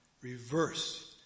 reverse